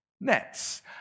nets